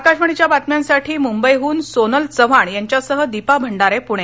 आकाशवाणीच्या बातम्यांसाठी मुंबईहन सोनल चव्हाण यांच्यासह दीपा भंडारे पुणे